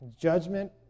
judgment